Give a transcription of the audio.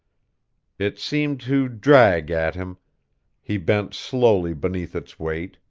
it seemed to drag at him he bent slowly beneath its weight,